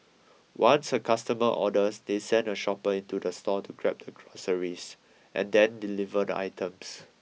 once a customer orders they send a shopper into the store to grab the groceries and then deliver the items